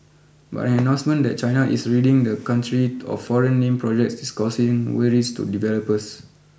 but an announcement that China is ridding the country of foreign name projects is causing worries to developers